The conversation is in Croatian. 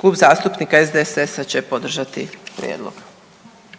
Klub zastupnika SDSS-a će podržati prijedlog.